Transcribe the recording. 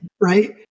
Right